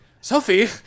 Sophie